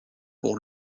pour